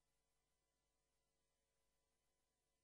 כלומר,